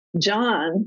john